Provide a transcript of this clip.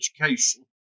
education